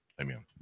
Amen